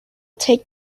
take